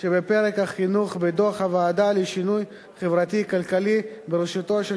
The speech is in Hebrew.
שבפרק החינוך בדוח הוועדה לשינוי חברתי-כלכלי בראשותו של